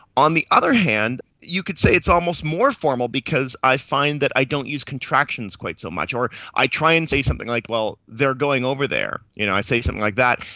on the other hand, you could say it's almost more formal because i find that i don't use contractions quite so much, or i try and say something like, well, they're going over there, you know i say something like that,